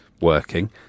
working